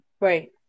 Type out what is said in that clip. right